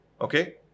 Okay